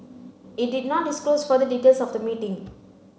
it did not disclose further details of the meeting